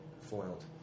foiled